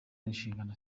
n’inshingano